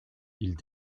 ils